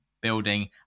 building